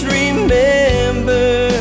remember